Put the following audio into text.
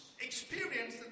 experience